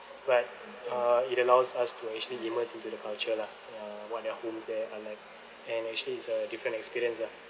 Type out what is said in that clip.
but uh it allows us to actually emerged into the culture lah uh what their homes there are like and actually is a different experience lah